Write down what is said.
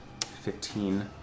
fifteen